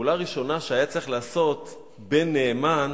פעולה ראשונה שהיה צריך לעשות בן נאמן